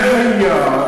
אבל זה היה,